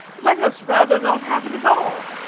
let us rather not have it at all.